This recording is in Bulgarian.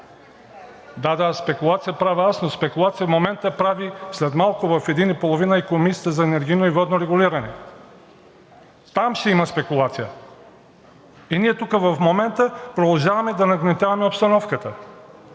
Да, да, спекулация правя аз, но спекулация в момента прави… След малко, в 13,30 ч., е Комисията за енергийно и водно регулиране – там ще има спекулация. И ние тук в момента продължаваме да нагнетяваме обстановката.